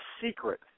secret